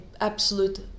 absolute